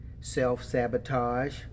self-sabotage